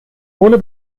ohne